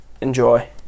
enjoy